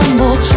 more